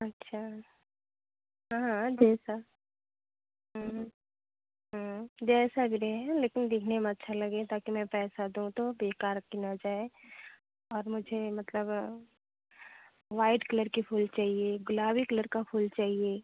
अच्छा हाँ हाँ जैसा जैसा भी रहे लेकिन दिखने में अच्छा लगे ताकि मैं पैसा दूँ तो बेकार की ना जाए और मुझे मतलब वाइट कलर की फूल चाहिए गुलाबी कलर का फूल चाहिए